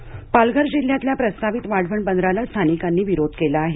वाढवण बंदर पालघर जिल्ह्यातल्या प्रस्तावित वाढवण बंदराला स्थानिकांनी विरोध केला आहे